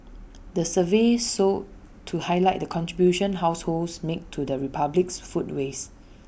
the survey sought to highlight the contribution households make to the republic's food waste